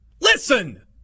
Listen